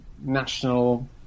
national